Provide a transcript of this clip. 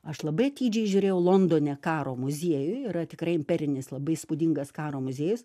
aš labai atidžiai žiūrėjau londone karo muziejuj yra tikrai imperinis labai įspūdingas karo muziejus